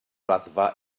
raddfa